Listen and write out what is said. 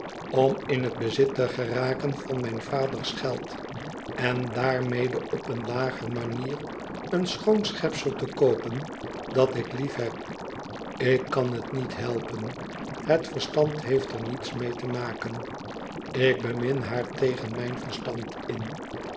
om in het bezit te geraken van mijn vaders geld en daarmede op eene lage manier een schoon schepsel te koopen dat ik liefheb ik kan het niet helpen het verstand heeft er niets mee te maken ik bemin haar tegen mijn verstand in